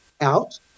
out